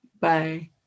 Bye